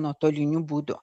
nuotoliniu būdu